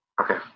Okay